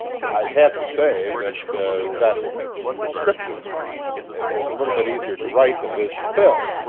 i'd have to say that that prescription is a little bit easier to write than it is to fill.